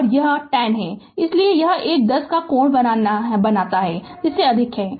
और यह 10 है इसलिए और यह कोण 10 से अधिक है